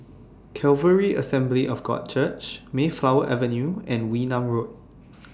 Calvary Assembly of God Church Mayflower Avenue and Wee Nam Road